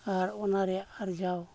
ᱟᱨ ᱚᱱᱟ ᱨᱮᱭᱟᱜ ᱟᱨᱡᱟᱣ